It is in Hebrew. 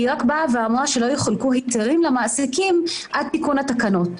היא רק אמרה שלא יחולקו היתרים למעסיקים עד תיקון התקנות.